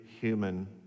human